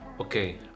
okay